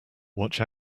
watch